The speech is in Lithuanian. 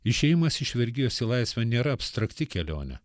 išėjimas iš vergijos į laisvę nėra abstrakti kelionė